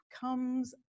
comes